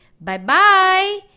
Bye-bye